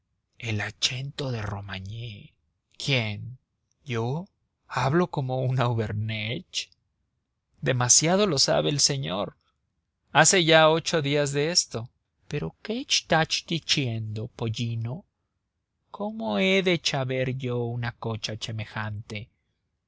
el achento de romagné quién yo hablo como un auvernech demasiado lo sabe el señor hace ya ocho días de esto pero qué echtach dichiendo pollino cómo he de chaber yo una cocha chemejante